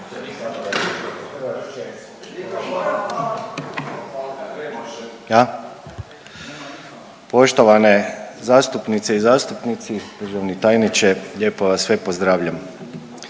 Poštovane zastupnice i zastupnici, državni tajniče, lijepo vas sve pozdravljam.